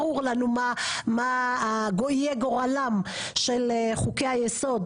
ברור לנו מה יהיה גורלם של חוקי היסוד